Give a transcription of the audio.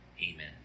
Amen